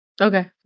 Okay